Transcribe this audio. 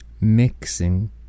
mixing